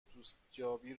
دوستیابی